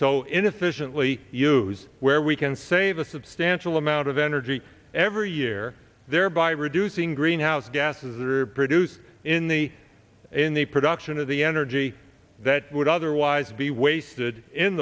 inefficiently use where we can save a substantial amount of energy every year thereby reducing greenhouse gases that are produced in the in the production of the energy that would otherwise be wasted in